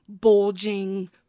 bulging